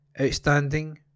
Outstanding